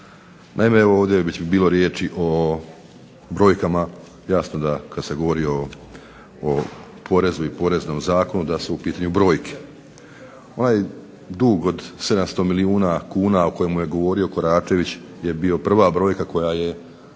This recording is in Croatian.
Naime evo ovdje je već bilo riječi o brojkama, jasno da kad se govori o porezu i Poreznom zakonu da su u pitanju brojke. Onaj dug od 700 milijuna kuna o kojemu je govorio Koračević je bio prva brojka koja je